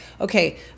okay